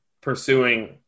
pursuing